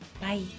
Bye